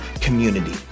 community